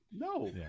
No